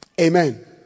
amen